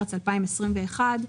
במרץ 2021,